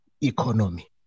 economy